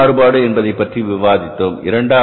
பொருள் மாறுபாடு என்பதைப்பற்றி விவாதித்தோம்